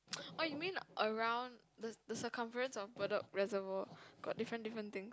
oh you mean around the the circumference of bedok Reservoir got different different thing